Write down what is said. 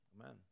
Amen